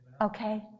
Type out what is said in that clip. okay